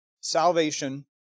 salvation